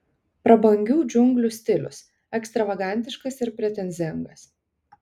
prabangių džiunglių stilius ekstravagantiškas ir pretenzingas